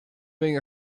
being